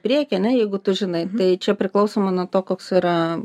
priekį ane jeigu tu žinai tai čia priklausomai nuo to koks yra